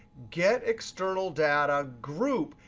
get external data, group,